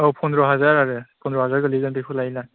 औ फन्द्र' हाजार आरो फन्द्र' हाजार गोग्लैगोन बेखौ लायोब्ला